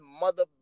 Mother